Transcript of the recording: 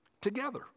Together